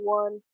one